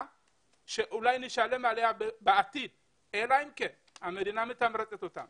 שאולי נשלם עליה בעתיד אלא אם כן המדינה מתמרצת אותם